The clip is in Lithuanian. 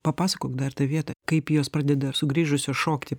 papasakok dar tą vietą kaip jos pradeda sugrįžusius šokti